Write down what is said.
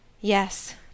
Yes